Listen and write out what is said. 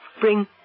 bring